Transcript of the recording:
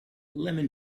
lemon